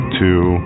two